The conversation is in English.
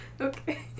Okay